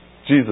Jesus